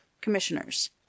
commissioners